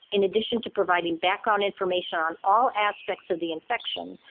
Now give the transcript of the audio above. in addition to providing background information on all aspects of the infection,